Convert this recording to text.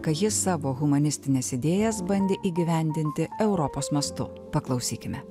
kai jis savo humanistines idėjas bandė įgyvendinti europos mastu paklausykime